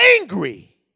angry